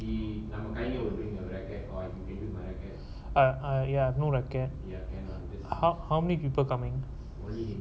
the idea of being a racket on my I guess I I have no racquet ya can lah how how many people coming already